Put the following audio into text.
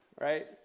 Right